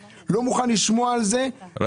אני לא מוכן לשמוע על זה --- רגע,